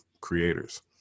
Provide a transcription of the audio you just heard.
creators